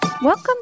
Welcome